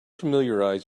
familiarize